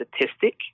statistic